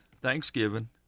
thanksgiving